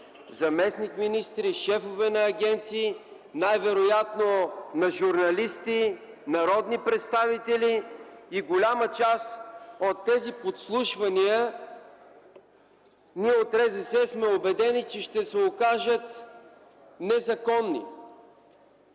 заместник-министри и шефове на агенции, най-вероятно и на журналисти и народни представители. За голяма част от тези подслушвания ние от РЗС сме убедени, че ще се окажат незаконни.